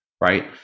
right